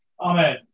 Amen